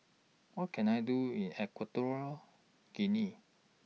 What Can I Do in Equatorial Guinea